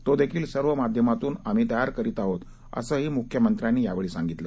तोदेखील सर्व माध्यमांतून आम्ही तयार करीत आहोत असंही मुख्यमंत्र्यांनी सांगितलं